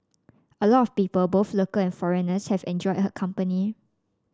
a lot of people both local and foreigners have enjoyed her company